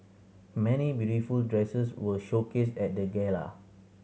many beautiful dresses were showcased at the gala